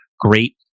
great